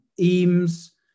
Eames